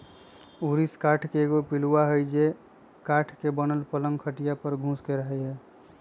ऊरिस काठ के एगो पिलुआ हई जे काठ के बनल पलंग खटिया पर घुस के रहहै